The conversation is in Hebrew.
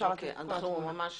אנחנו ממש